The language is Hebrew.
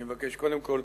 אני מבקש קודם כול